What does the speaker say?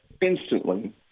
instantly